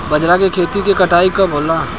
बजरा के खेती के कटाई कब होला?